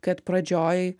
kad pradžioj